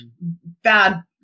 bad